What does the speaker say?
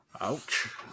Ouch